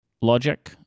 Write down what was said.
Logic